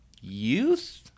youth